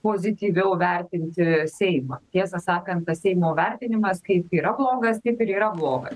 pozityviau vertinti seimą tiesą sakant tas seimo vertinimas kaip yra blogas taip ir yra blogas